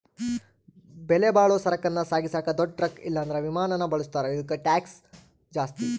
ಬೆಲೆಬಾಳೋ ಸರಕನ್ನ ಸಾಗಿಸಾಕ ದೊಡ್ ಟ್ರಕ್ ಇಲ್ಲಂದ್ರ ವಿಮಾನಾನ ಬಳುಸ್ತಾರ, ಇದುಕ್ಕ ಟ್ಯಾಕ್ಷ್ ಜಾಸ್ತಿ